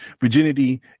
virginity